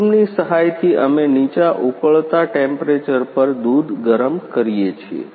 સ્ટીમની સહાયથી અમે નીચા ઉકળતા ટેમ્પરેચર પર દૂધ ગરમ કરીએ છીએ